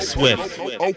Swift